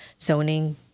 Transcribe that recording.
zoning